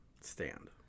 stand